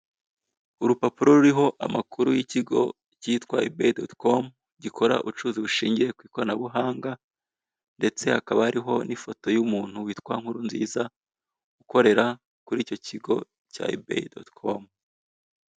Urupapuro ruriho amakuru y'ikigo kitwa yubeyi doti komu gikora ubucuruzi bushingiye ku ikoranabuhanga ndetse hakaba hariho n'ifoto y'umuntu witwa Nkurunziza ukorera kuri icyo kigo cya yubeyi doti komu.